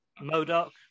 Modoc